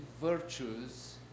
virtues